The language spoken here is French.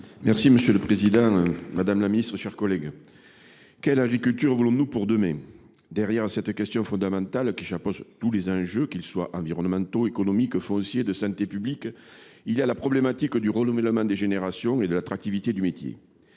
Monsieur le président, madame la ministre, mes chers collègues, quelle agriculture voulons nous pour demain ? Derrière cette question fondamentale qui englobe tous les enjeux, qu’ils soient environnementaux, économiques, fonciers ou de santé publique, il y a la problématique du renouvellement des générations et de l’attractivité du métier.